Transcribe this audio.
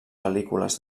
pel·lícules